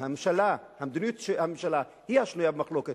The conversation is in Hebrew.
המדיניות של הממשלה היא השנויה במחלוקת.